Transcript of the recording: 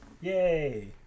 Yay